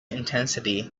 intensity